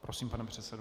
Prosím, pane předsedo.